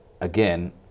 again